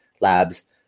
Labs